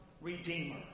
Redeemer